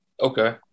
Okay